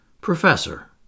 Professor